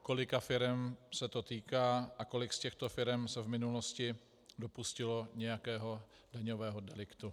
Kolika firem se to týká a kolik z těchto firem se v minulosti dopustilo nějakého daňového deliktu?